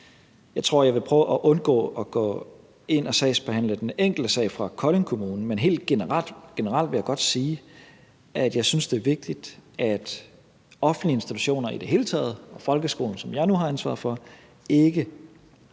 Jeg tror, at jeg vil prøve at undgå at gå ind at sagsbehandle den enkelte sag fra Kolding Kommune, men helt generelt vil jeg godt sige, at jeg synes, det er vigtigt, at offentlige institutioner i det hele taget og folkeskolen, som jeg nu har ansvaret for, ikke